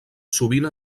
sovint